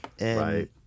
Right